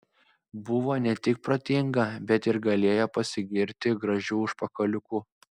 buvo ne tik protinga bet ir galėjo pasigirti gražiu užpakaliuku